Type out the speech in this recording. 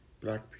black